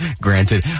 granted